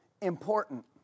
important